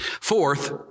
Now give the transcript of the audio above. Fourth